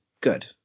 good